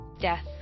death